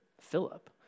Philip